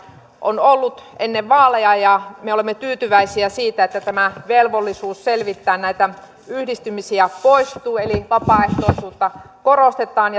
on ollut ennen vaaleja ja me olemme tyytyväisiä siitä että tämä velvollisuus selvittää näitä yhdistymisiä poistuu eli vapaaehtoisuutta korostetaan